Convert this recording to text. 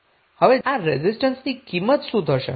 હવે આ રેઝિસ્ટન્સની કિંમત શું થશે